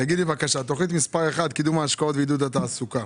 תוכנית מספר 1, קידום ההשקעות ועידוד התעסוקה.